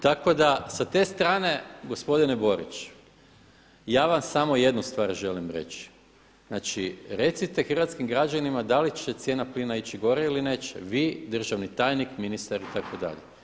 Tako da sa te strane gospodine Boriću, ja vam samo jednu stvar želim reći, znači, recite hrvatskim građanima da li će cijena plina ići gore ili neće, vi, državni tajnik, ministar itd.